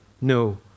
no